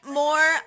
more